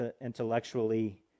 intellectually